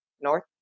north